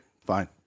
fine